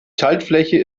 schaltfläche